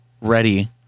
ready